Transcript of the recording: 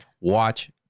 watch